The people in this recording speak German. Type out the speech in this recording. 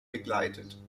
begleitet